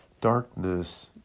darkness